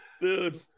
Dude